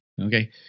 Okay